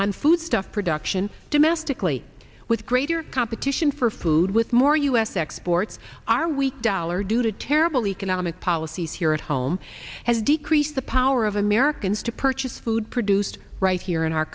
and foodstuffs production domestically with greater competition for food with more u s exports are weak dollar due to terrible economic policies here at home has decreased the power of americans to purchase food produced right here in our